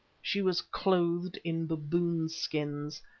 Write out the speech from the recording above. she was clothed in baboon skins,